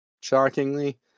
Shockingly